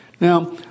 Now